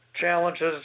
challenges